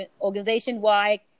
organization-wide